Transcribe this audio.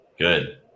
Good